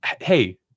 hey